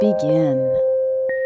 begin